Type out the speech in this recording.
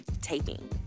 taping